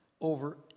over